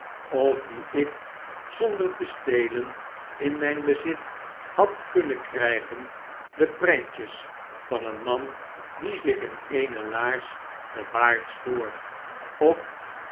of dieik zonder te stelen in mijn bezit had kunnen krijgen de prentjes van een man die zich in eene laars den baard schoor op